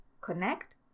connect